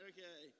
Okay